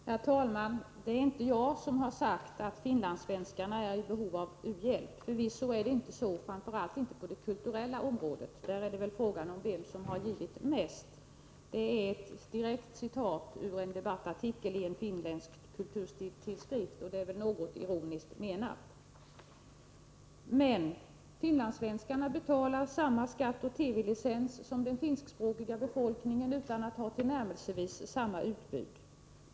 Herr talman! Det är inte jag som har sagt att finlandssvenskarna är i behov av u-hjälp. Förvisso är det inte så, framför allt inte på det kulturella området. Där är det väl frågan om vem som har givit mest. Det var ett direkt citat ur en debattartikel i en finländsk kulturtidskrift, och det var väl något ironiskt menat. Men finlandssvenskarna betalar samma skatt och TV-licens som den finskspråkiga befolkningen utan att ha tillnärmelsevis samma utbud.